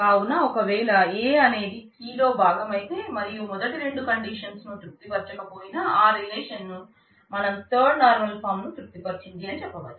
కావున ఒక వేళ A అనేది కీ లో భాగం అయితే మరియు మొదటి రెండు కండీషన్సును తృప్తి పరచక పోయిన ఆ రిలేషన్ను ను తృప్తి పరిచింది అని చెప్పవచ్చు